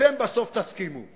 אתם בסוף תסכימו.